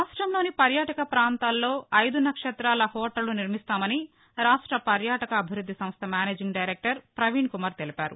రాష్టంలోని పర్యాటక పాంతాల్లో ఐదు నక్షతాల హోటళ్లు నిర్మిస్తామని రాష్ట పర్యాటకాభివృద్ది సంస్ట మేనేజింగ్ డైరెక్టర్ ప్రవీణ్కుమార్ తెలిపారు